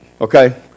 Okay